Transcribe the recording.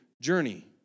journey